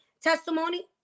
testimony